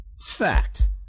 Fact